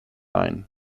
line